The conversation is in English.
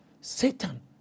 Satan